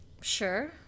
Sure